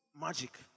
magic